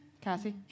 Cassie